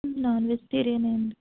non వెజిటేరియనా